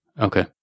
Okay